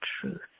truth